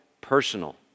personal